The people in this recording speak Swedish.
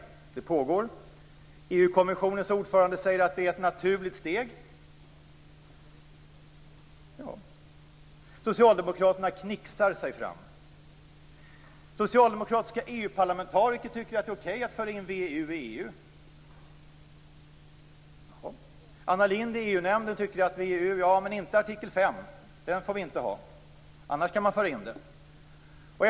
EU-kommissionens ordförande säger att det är ett naturligt steg. Socialdemokraterna knixar sig fram. Socialdemokratiska EU-parlamentariker tycker att det är okej att föra in VEU i EU. Anna Lindh säger i EU-nämnden ja till VEU, men inte till artikel 5. Den får man inte ha, annars kan man föra in VEU i EU.